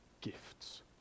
gifts